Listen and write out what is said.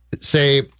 say